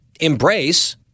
embrace